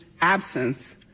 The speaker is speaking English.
absence